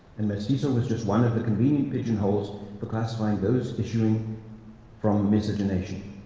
and mestizo was just one of the convenient pigeonholes for classifying those issuing from miscegenation.